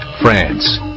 France